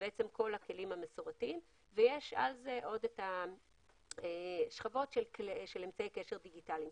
כל הכלים המסורתיים ועל זה יש את השכבות של אמצעי קשר דיגיטליים.